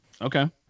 Okay